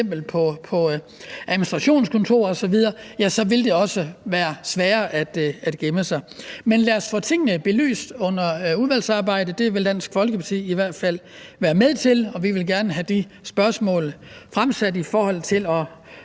f.eks. på administrationskontoret osv., vil det også være sværere at gemme sig. Men lad os få tingene belyst under udvalgsarbejdet. Det vil Dansk Folkeparti i hvert fald være med til, og vi vil gerne have besvaret de spørgsmål i forhold til at